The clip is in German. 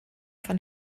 von